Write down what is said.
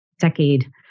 decade